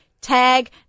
Tag